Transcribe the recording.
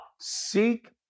seek